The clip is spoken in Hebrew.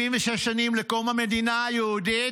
76 שנים לקום המדינה היהודית.